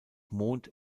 mond